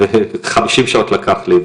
חמישים שעות לקח לי,